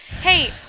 Hey